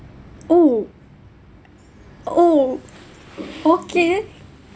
!ow! !ow! okay